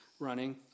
running